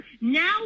now